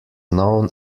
known